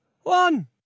one